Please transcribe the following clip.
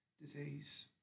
disease